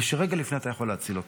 ושרגע לפני יכולים להציל אותם.